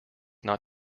not